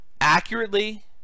accurately